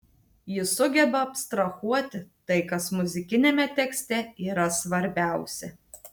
ji sugeba abstrahuoti tai kas muzikiniame tekste yra svarbiausia